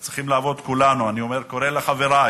כולנו צריכים לעבוד, אני קורא לחברי,